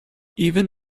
even